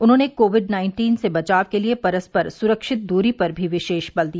उन्होंने COVID nineteen से बचाव के लिए परस्पर सुरक्षित दूरी पर भी विशेष बल दिया